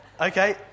Okay